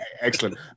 Excellent